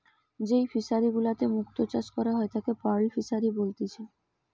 যেই ফিশারি গুলাতে মুক্ত চাষ করা হয় তাকে পার্ল ফিসারী বলেতিচ্ছে